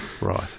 Right